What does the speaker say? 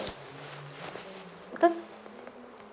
because